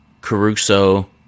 Caruso